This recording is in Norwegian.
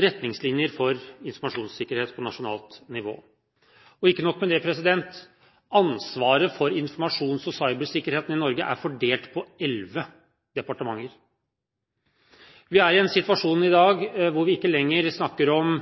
retningslinjer for informasjonssikkerhet på nasjonalt nivå. Ikke nok med det – ansvaret for informasjons- og cybersikkerheten i Norge er fordelt på elleve departementer. Vi er i en situasjon i dag der vi ikke lenge snakker om